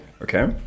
Okay